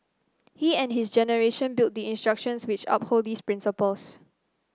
he and his generation built the institutions which uphold these principles